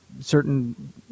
Certain